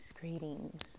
greetings